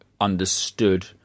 understood